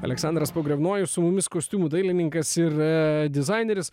aleksandras pogrebnojus su mumis kostiumų dailininkas ir dizaineris